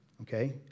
Okay